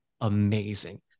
amazing